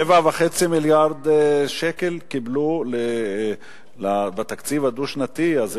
7.5 מיליארד שקל קיבלו בתקציב הדו-שנתי הזה,